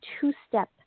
two-step